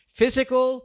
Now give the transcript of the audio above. physical